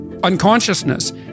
unconsciousness